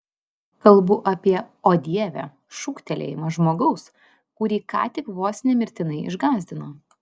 kalbu apie o dieve šūktelėjimą žmogaus kurį ką tik vos ne mirtinai išgąsdino